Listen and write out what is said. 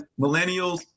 millennials